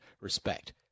respect